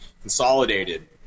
consolidated